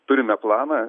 turime planą